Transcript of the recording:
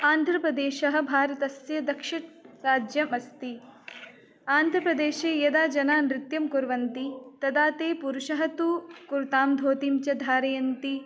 आन्ध्रप्रदेशः भारतस्य दक्षिणराज्यमस्ति आन्ध्रप्रदेशे यदा जनाः नृत्यं कुर्वन्ति तदा ते पुरुषः तु कुर्तां धोतिं च धारयन्ति